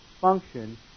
function